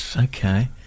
okay